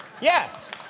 yes